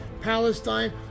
Palestine